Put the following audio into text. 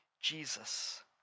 Jesus